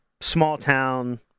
small-town